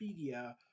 Wikipedia